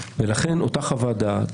אותה חוות דעת,